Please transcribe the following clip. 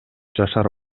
жашар